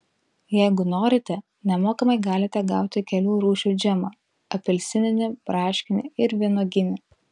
jeigu norite nemokamai galite gauti kelių rūšių džemą apelsininį braškinį ir vynuoginį